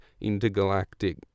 intergalactic